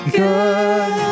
good